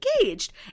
engaged